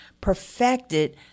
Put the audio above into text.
perfected